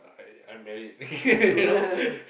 uh I'm married you know